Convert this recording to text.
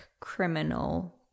criminal